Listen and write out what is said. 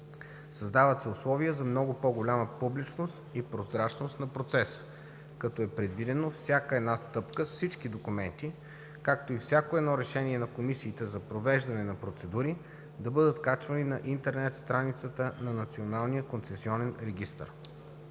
Създават се условия за много по-голяма публичност и прозрачност на процеса, като е предвидено всяка една стъпка с всички документи, както и всяко едно решение на комисиите за провеждане на процедури да бъдат качвани на интернет страницата на Националния концесионен регистър.